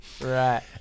Right